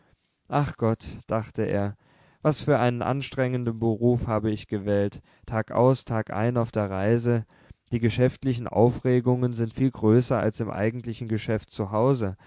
ach gott dachte er was für einen anstrengenden beruf habe ich gewählt tagaus tagein auf der reise die geschäftlichen aufregungen sind viel größer als im eigentlichen geschäft